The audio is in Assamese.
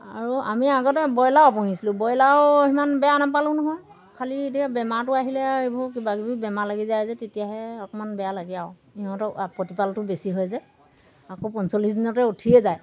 আৰু আমি আগতে ব্ৰইলাৰো পুহিছিলোঁ ব্ৰইলাৰো সিমান বেয়া নাপালোঁ নহয় খালি এতিয়া বেমাৰটো আহিলে এইবোৰ কিবাকিবি বেমাৰ লাগি যায় যে তেতিয়াহে অকণমান বেয়া লাগে আৰু ইহঁতক প্ৰতিপালটো বেছি হয় যে আকৌ পঞ্চল্লিছ দিনতে উঠিয়ে যায়